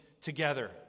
together